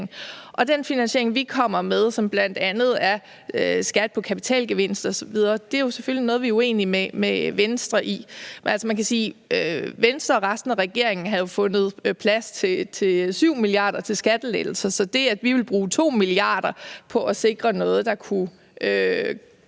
Og den finansiering, vi kommer med, som bl.a. er skat på kapitalgevinster osv., er selvfølgelig noget, vi er uenige med Venstre om. Men man kan sige, at Venstre og resten af regeringen jo havde fundet plads til 7 mia. kr. til skattelettelser, så det, at vi vil bruge 2 mia. kr. på at sikre noget, der kunne gøre